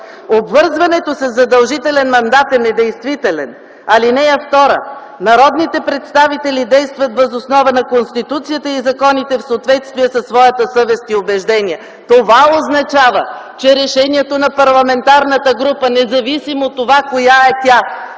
Обвързването със задължителен мандат е недействително. (2) Народните представители действат въз основа на Конституцията и законите в съответствие със своята съвест и убеждения.” Това означава, че решението на парламентарната група независимо от това коя е тя,